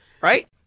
right